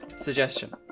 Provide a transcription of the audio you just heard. Suggestion